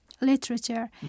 literature